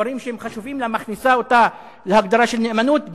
דברים שהם חשובים לה מכניסה אותם להגדרה של נאמנות?